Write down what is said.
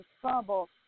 trouble